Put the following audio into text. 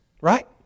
right